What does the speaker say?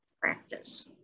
practice